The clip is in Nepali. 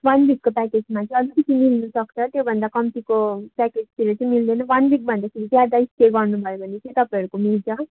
वान विकको प्याकेजमा चाहिँ अलिकति मिल्नु सक्छ त्यो भन्दा कम्तीको प्याकेजतिर चाहिँ मिल्दैन वान विक भन्दाखेरि ज्यादा स्टे गर्नु भयो भने चाहिँ तपाईँहरूको मिल्छ